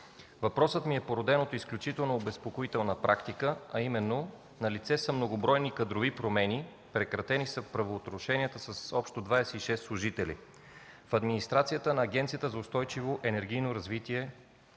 въпросът ми е породен от изключително обезпокоителна практика – налице са многобройни кадрови промени, прекратени са правоотношенията с общо 26 служители от администрацията на Агенцията за устойчиво енергийно развитие